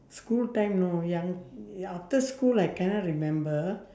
school time no young after school I cannot remember